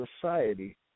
society